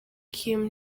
kim